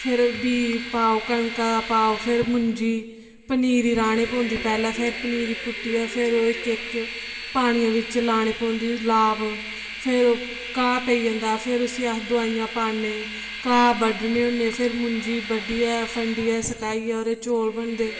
फिर बी पाओ कनका दा पाओ फिर मुंजी पनीरी राह्ने पौंदी पैहले फिर पनीरी पुट्टियै फिर ओह् इक इक पानिया बिच्च लानी पौंदी लाब फिर घाह पेई जंदा फिर उसी अस दवाइयां पाने घा बड्ढने हुन्ने फिर मुंजी बड्ढियै फंडियै सकाइयै ओह्दे चौल बनदे